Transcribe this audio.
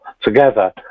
together